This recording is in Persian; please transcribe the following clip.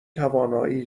توانایی